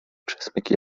przesmyki